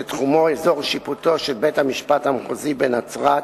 שתחומו אזור שיפוטו של בית-המשפט המחוזי בנצרת,